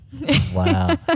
Wow